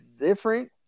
different